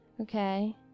Okay